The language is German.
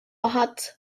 hat